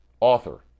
Author